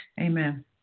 Amen